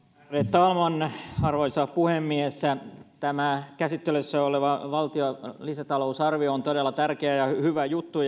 talman arvoisa puhemies tämä käsittelyssä oleva valtion lisätalousarvio on todella tärkeä ja hyvä juttu